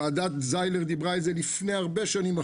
ועדת זיילר דיברה על זה לפני הרבה שנים,